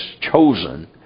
chosen